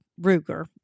ruger